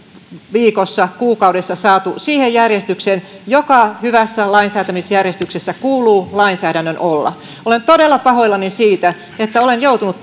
viikossa kuukaudessa saatu siihen järjestykseen missä hyvässä lainsäätämisjärjestyksessä kuuluu lainsäädännön olla olen todella pahoillani siitä että olen joutunut